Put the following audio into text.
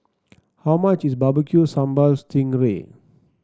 how much is Barbecue Sambal Sting Ray